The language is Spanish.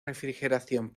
refrigeración